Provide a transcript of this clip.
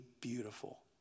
beautiful